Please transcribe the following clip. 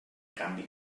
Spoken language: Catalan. canvi